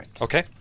okay